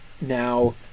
now